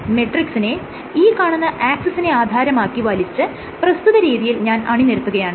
മെട്രിക്സിനെ ഈ കാണുന്ന ആക്സിസിനെ ആധാരമാക്കി വലിച്ച് പ്രസ്തുത രീതിയിൽ ഞാൻ അണിനിരത്തുകയാണ്